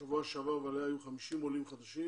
בשבוע שעבר, ועליה היו 50 עולים חדשים